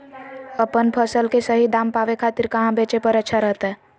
अपन फसल के सही दाम पावे खातिर कहां बेचे पर अच्छा रहतय?